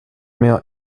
mehr